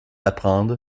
apprendre